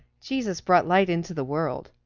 jesus brought light into the world.